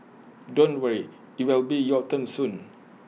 don't worry IT will be your turn soon